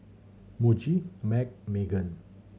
Muji MAG Megan